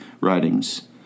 writings